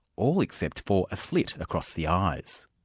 all except for a slit across the eyes.